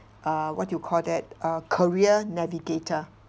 uh what do you call that a career navigator